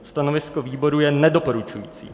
Stanovisko výboru je nedoporučující.